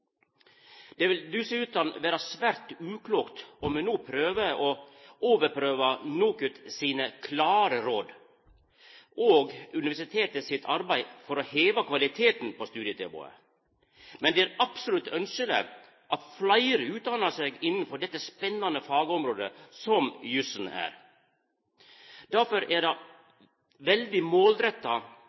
Det vil dessutan vera svært uklokt om me no overprøver NOKUT sine klare råd og universitetet sitt arbeid for å heva kvaliteten på studietilbodet. Men det er absolutt ønskjeleg at fleire utdannar seg innanfor det spennande fagområdet som jussen er. Difor er det veldig målretta